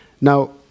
Now